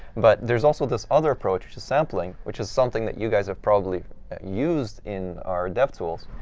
but there's also this other approach, which is sampling, which is something that you guys have probably used in our dev tools.